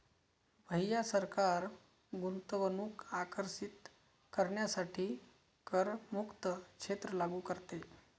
भैया सरकार गुंतवणूक आकर्षित करण्यासाठी करमुक्त क्षेत्र लागू करते